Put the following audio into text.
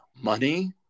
money